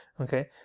okay